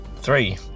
Three